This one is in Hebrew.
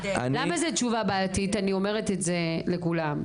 למה זו תשובה בעייתית, אני אומרת את זה לכולם.